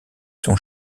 son